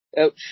Ouch